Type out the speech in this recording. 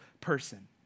person